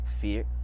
fear